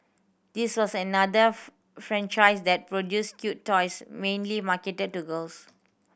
this was another franchise that produced cute toys mainly marketed to girls